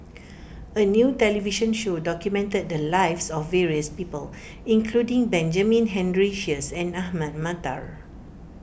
a new television show documented the lives of various people including Benjamin Henry Sheares and Ahmad Mattar